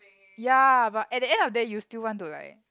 ya but at the end of the day you still want to like